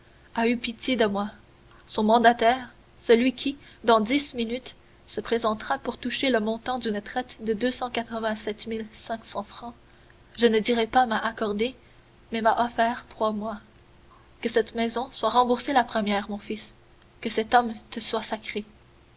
a eu pitié de moi son mandataire celui qui dans dix minutes se présentera pour toucher le montant d'une traite de deux cent quatre-vingt-sept mille cinq cents francs je ne dirai pas m'a accordé mais m'a offert trois mois que cette maison soit remboursée la première mon fils que cet homme te soit sacré